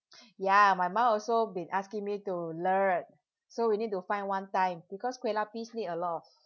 ya my mum also been asking me to learn so we need to find one time because kueh lapis need a lot of